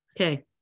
Okay